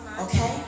okay